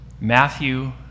Matthew